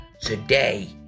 today